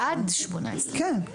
עד 18. כן.